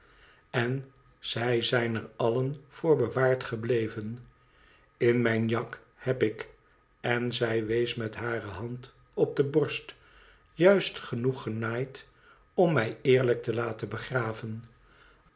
en zij zijn er allen voor bewaard gebleven in mijn jak heb ik en zij wees met hïare hand op de borst juist genoeg genaaid om mij eerlijk te laten begraven